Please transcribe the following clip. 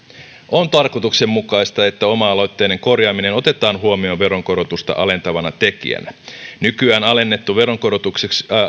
on tarkoituksenmukaista että oma aloitteinen korjaaminen otetaan huomioon veronkorotusta alentavana tekijänä nykyään alennetuksi veronkorotukseksi